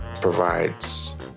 provides